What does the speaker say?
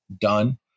done